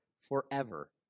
forever